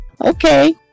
Okay